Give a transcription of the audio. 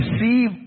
receive